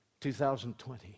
2020